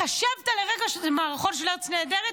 חשבת לרגע שזה מערכון של ארץ נהדרת,